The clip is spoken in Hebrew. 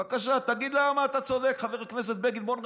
בבקשה, תגיד למה אתה צודק, חבר הכנסת בגין.